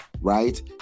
right